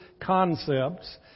concepts